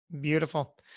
beautiful